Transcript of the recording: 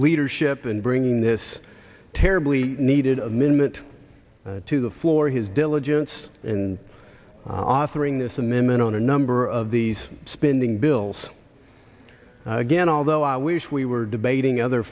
leadership in bringing this terribly needed a minute to the floor his diligence in offering this amendment on a number of these spending bills again although i wish we were debating other